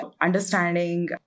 understanding